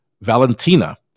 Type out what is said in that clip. Valentina